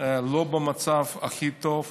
במצב הכי טוב שם.